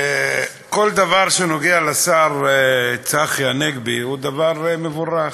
כל דבר שנוגע לשר צחי הנגבי הוא דבר מבורך.